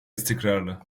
istikrarlı